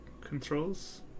controls